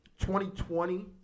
2020